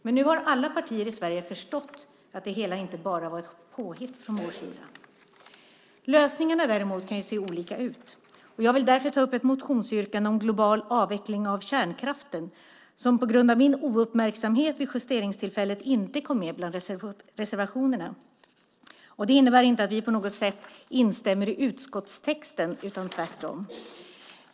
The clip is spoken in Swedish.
Men nu har alla partier i Sverige förstått att det hela inte bara var ett påhitt från vår sida. Lösningarna kan däremot se olika ut. Jag vill därför ta upp ett motionsyrkande om global avveckling av kärnkraften som på grund av min ouppmärksamhet vid justeringstillfället inte kom med bland reservationerna. Det innebär inte att vi på något sätt instämmer i utskottstexten utan tvärtom.